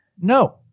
No